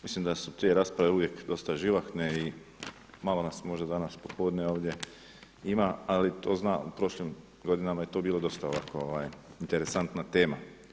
Mislim da su te rasprave uvijek dosta živahne i malo nas možda danas popodne ovdje ima, ali to znam u prošlim godinama je to bilo dosta interesantna tema.